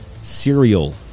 cereal